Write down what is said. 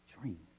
dream